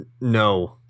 no